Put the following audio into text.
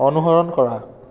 অনুসৰণ কৰা